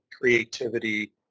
creativity